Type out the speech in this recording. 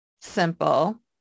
simple